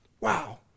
Wow